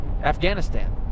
Afghanistan